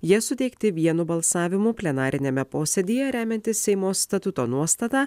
jie suteikti vienu balsavimu plenariniame posėdyje remiantis seimo statuto nuostata